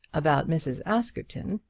about mrs. askerton,